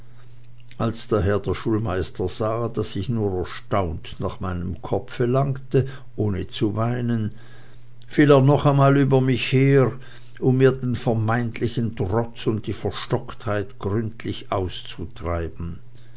als daher der schulmeister sah daß ich nur erstaunt nach meinem kopfe langte ohne zu weinen fiel er noch einmal über mich her um mir den vermeintlichen trotz und die verstocktheit gründlich auszutreiben